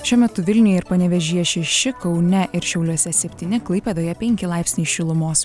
šiuo metu vilniuj ir panevėžyje šeši kaune ir šiauliuose septyni klaipėdoje penki laipsniai šilumos